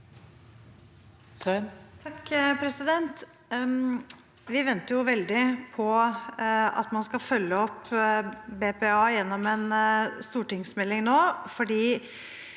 Vi venter jo veldig på at man skal følge opp BPA gjennom en stortingsmelding nå,